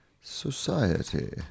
society